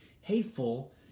hateful